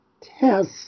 test